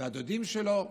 והדודים שלו,